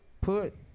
put